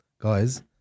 Guys